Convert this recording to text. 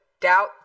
doubt